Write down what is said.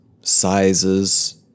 sizes